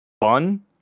fun